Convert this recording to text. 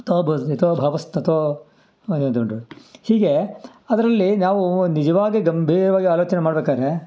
ತೋ ಬ ಯಥೋ ಭಾವಸ್ತತೋ ಹೀಗೆ ಅದರಲ್ಲಿ ನಾವೂ ನಿಜವಾಗಿ ಗಂಭೀರ್ವಾಗಿ ಆಲೋಚನೆ ಮಾಡಬೇಕಾದ್ರೆ